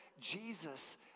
Jesus